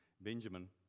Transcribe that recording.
Benjamin